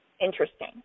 interesting